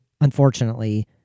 unfortunately